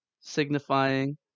signifying